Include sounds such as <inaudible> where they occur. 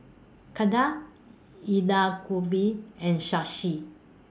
Ketna <unintelligible> and Shashi